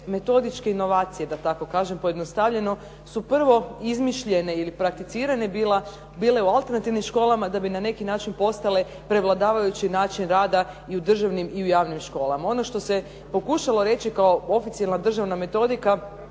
metodičke inovacije, da tako kažem pojednostavljeno, su prvo izmišljene ili prakticirane bile u alternativnim školama, da bi na neki način postale prevladavajući način rada i u državnim i u javnim školama. Ono što se pokušalo reći kao oficijelna državna metodika